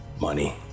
money